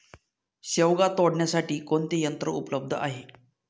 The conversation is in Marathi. शेवगा तोडण्यासाठी कोणते यंत्र उपलब्ध आहे?